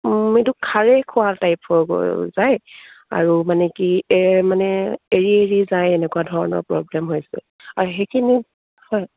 এইটো খাৰেই খোৱা টাইপৰ হৈ যায় আৰু মানে কি এই মানে এৰি এৰি যায় এনেকুৱা ধৰণৰ প্ৰব্লেম হৈছে আৰু সেইখিনিত হয়